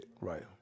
Right